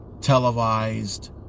televised